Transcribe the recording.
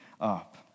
up